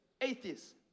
atheists